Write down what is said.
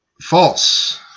False